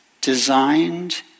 designed